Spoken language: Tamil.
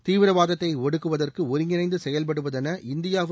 தீவிரவாத்தை ஒடுக்குவதற்கு ஒருங்கிணைந்து செயல்படுவதென இந்தியாவும்